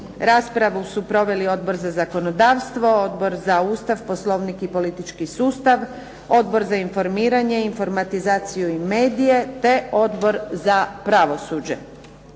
Raspravu su proveli Odbor za zakonodavstvo, Odbor za Ustav, Poslovnik i politički sustav, Odbor za informiranje, informatizaciju i medije, te Odbor za pravosuđe.